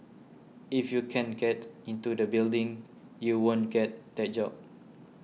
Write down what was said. if you can't get into the building you won't get that job